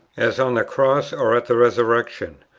as on the cross or at the resurrection,